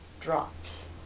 drops